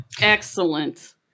Excellent